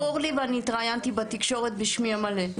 ברור לי, ואני התראיינתי בתקשורת בשמי המלא.